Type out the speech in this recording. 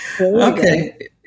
Okay